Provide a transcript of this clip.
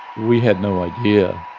we had no idea.